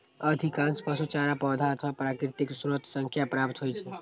अधिकांश पशु चारा पौधा अथवा प्राकृतिक स्रोत सं प्राप्त होइ छै